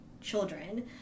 children